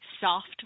soft